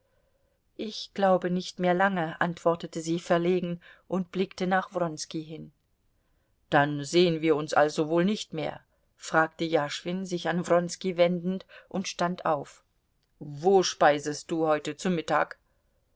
ich glaube nicht mehr lange antwortete sie verlegen und blickte nach wronski hin dann sehen wir uns also wohl nicht mehr fragte jaschwin sich an wronski wendend und stand auf wo speisest du heute zu mittag